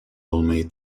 olmayı